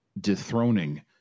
dethroning